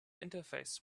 interface